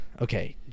Okay